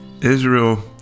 Israel